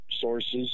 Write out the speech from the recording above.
sources